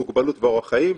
מוגבלות ואורח חיים,